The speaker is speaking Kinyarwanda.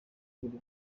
biri